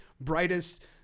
brightest